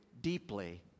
deeply